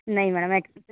नहीं मैडम एक